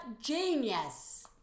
genius